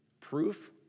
proof